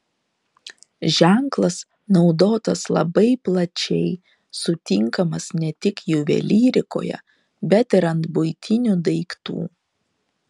ženklas naudotas labai plačiai sutinkamas ne tik juvelyrikoje bet ir ant buitinių daiktų